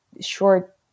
short